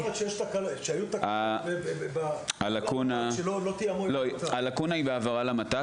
כשהיו תקלות שלא תיאמו --- הלקונה היא בהעברה למת"ק,